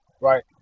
right